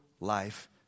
life